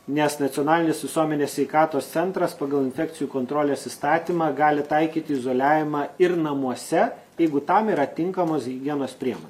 nes nacionalinis visuomenės sveikatos centras pagal infekcijų kontrolės įstatymą gali taikyti izoliavimą ir namuose jeigu tam yra tinkamos higienos priemonės